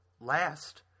last